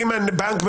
אם בנק,